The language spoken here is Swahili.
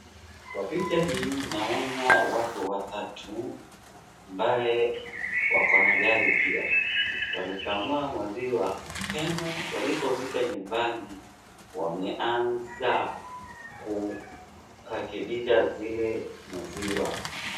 Kwa picha hii naona watu watatu ambaye wakona gari pia, walikamua maziwa tena walipofika nyumbani wameanza kurekebisha zile maziwa.